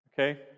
Okay